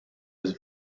his